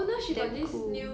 oh 你有看 ah